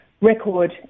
record